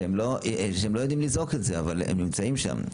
שהם לא יודעים לזעוק את זה, אבל הם נמצאים שם.